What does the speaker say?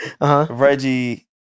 Reggie